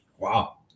Wow